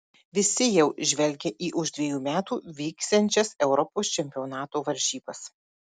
visi jau žvelgia į už dvejų metų vyksiančias europos čempionato varžybas